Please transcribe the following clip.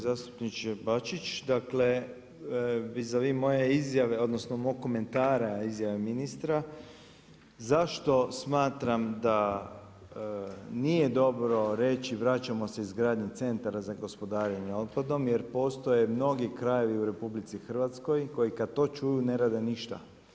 Uvaženi zastupniče Bačić, dakle vis a vis moje izjave, odnosno mog komentara izjave ministre zašto smatram da nije dobro reći vraćamo se izgradnji centara za gospodarenje otpadom jer postoje mnogi krajevi u RH koji kad to čuju ne rade ništa.